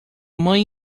mãe